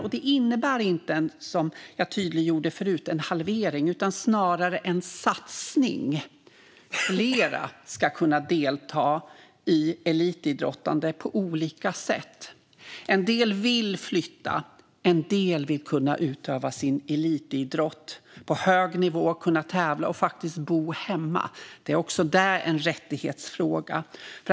Förslaget innebär inte, som jag tydliggjorde tidigare, en halvering utan snarare en satsning. Fler ska kunna delta i elitidrottande på olika sätt. En del vill flytta, och en del vill kunna utöva sin elitidrott på hög nivå och kunna tävla och ändå bo hemma. Också det är en rättighetsfråga.